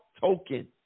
token